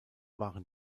waren